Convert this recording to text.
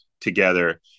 together